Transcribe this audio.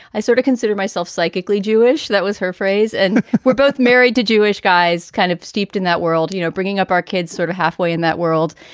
i sort of consider myself psychically jewish. that was her phrase. and we're both married to jewish guys, kind of steeped in that world, you know, bringing up our kids sort of halfway in that world.